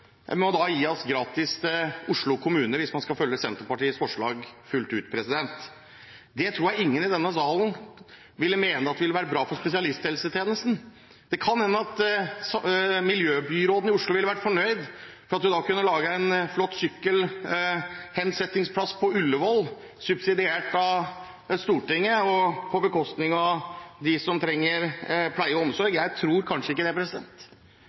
gratis til Oslo kommune. Det tror jeg ingen i denne salen ville mene at ville være bra for spesialisthelsetjenesten. Det kan hende at miljøbyråden i Oslo ville vært fornøyd fordi hun da kunne laget en flott sykkelhensettingsplass på Ullevål, subsidiert av Stortinget og på bekostning av dem som trenger pleie og omsorg. Jeg tror kanskje ikke det.